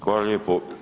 Hvala lijepo.